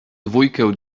dwójkę